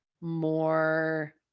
more